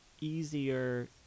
easier